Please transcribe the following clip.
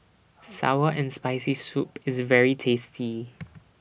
Sour and Spicy Soup IS very tasty